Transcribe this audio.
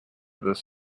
this